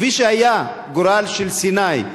כפי שהיה הגורל של סיני,